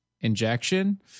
injection